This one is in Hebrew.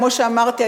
כמו שאמרתי,